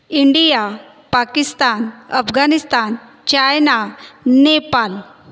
India Pakistan Afghanistan China Nepal